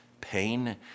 pain